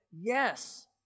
Yes